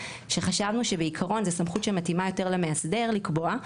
שחשבנו שבעיקרון זו סמכות שמתאימה יותר למאסדר לקבוע,